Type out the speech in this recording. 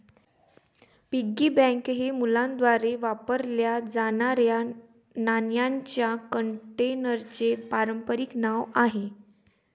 piggy bank हे मुलांद्वारे वापरल्या जाणाऱ्या नाण्यांच्या कंटेनरचे पारंपारिक नाव आहे